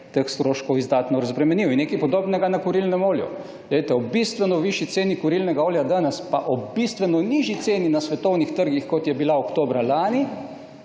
teh stroškov izdatno razbremenil. In nekaj podobnega je bilo na kurilnem olju. Ob bistveno višji ceni kurilnega okolja danes, pa ob bistveno nižji ceni na svetovnih trgih, kot je bila oktobra lani,